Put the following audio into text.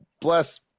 bless